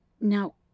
Now